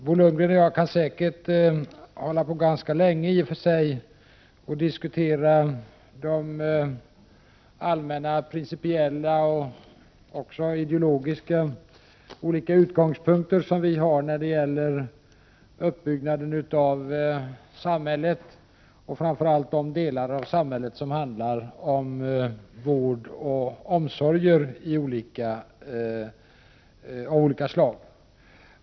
Bo Lundgren och jag kan säkert hålla på ganska länge och diskutera allmänna, principiella och också ideologiska utgångspunkter för de olika åsikter vi har när det gäller uppbyggnaden av samhället och framför allt de delar av samhället som berör vård och omsorger av olika slag.